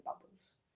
bubbles